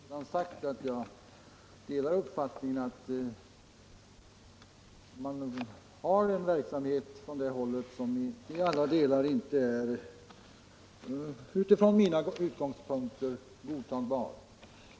Herr talman! Jag har redan sagt att jag delar uppfattningen att KRUM har en del verksamhet som inte till alla delar är godtagbar.